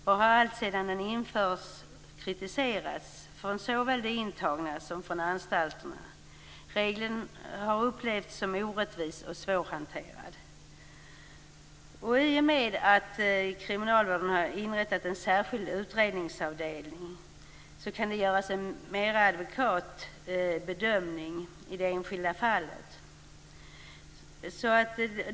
Den har alltsedan den infördes kritiserats av såväl de intagna som av företrädare för anstalterna. Regeln har upplevts som orättvis och svårhanterad. I och med att man inom kriminalvården har inrättat en särskild utredningsavdelning, kan det göras en mer adekvat bedömning i det enskilda fallet.